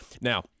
Now